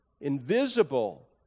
invisible